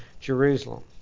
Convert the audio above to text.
Jerusalem